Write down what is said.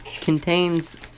contains